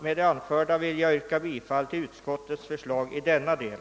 Med det anförda vill jag yrka bifall till utskottets hemställan i denna del.